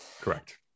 Correct